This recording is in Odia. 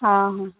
ହଁ ହଁ